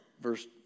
Verse